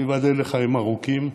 שייבדל לחיים ארוכים,